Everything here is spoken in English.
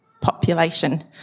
population